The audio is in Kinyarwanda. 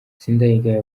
sindayigaya